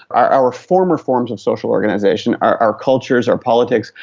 our our former forms of social organisation, our our cultures, our politics,